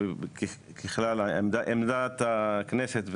שככלל עמדת הכנסת,